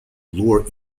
lower